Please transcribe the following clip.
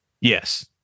Yes